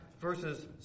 verses